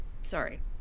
Sorry